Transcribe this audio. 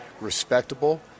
respectable